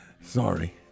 Sorry